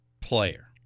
player